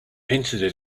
hinted